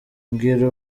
mbwira